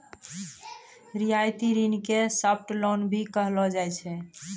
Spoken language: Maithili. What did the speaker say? रियायती ऋण के सॉफ्ट लोन भी कहलो जाय छै